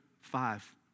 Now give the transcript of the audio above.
five